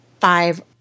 five